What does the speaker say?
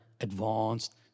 advanced